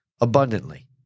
abundantly